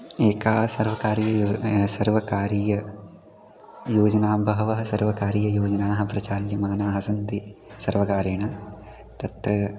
एका सर्वकारीया यो सर्वकारीययोजनां बहवः सर्वकारीययोजनाः प्रचाल्यमानाः सन्ति सर्वकारेण तत्र